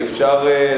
אי-אפשר,